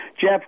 Jeff